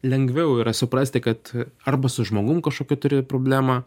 lengviau yra suprasti kad arba su žmogum kažkokiu turi problemą